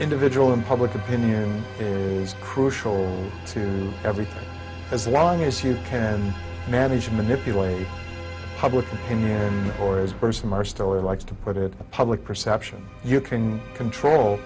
individual in public opinion is crucial to everything as long as you can manage manipulate public opinion or is burst from our story like to put it a public perception you can control